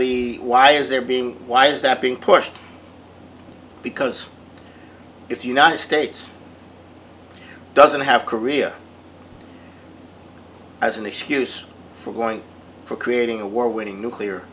the why is there being why is that being pushed because if united states doesn't have career as an excuse for going for creating a war winning nuclear